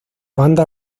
banda